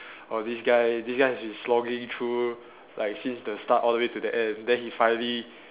oh this guy this guy has been slogging through like since the start all the way to the end then he finally